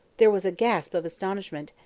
there was a gasp of astonishment,